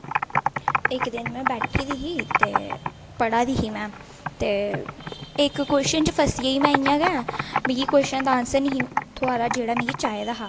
इक दिन में में बेठी दी ही ते पढा दी ही में ते इक छिंज फसी गेई में मिगी कोशन दा आनसर दा आनसर नेईं ही थ्होआ दा जेहडा मिगी चाहिदा हा